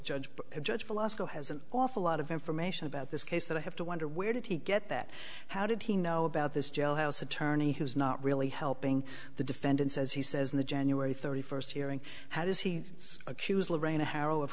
judge judge for law school has an awful lot of information about this case that i have to wonder where did he get that how did he know about this jailhouse attorney who's not really helping the defendant says he says in the january thirty first hearing how does he accuse lorraine a h